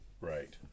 right